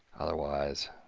otherwise,